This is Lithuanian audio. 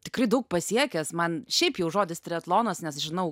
tikrai daug pasiekęs man šiaip jau žodis triatlonas nes žinau